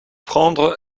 prendre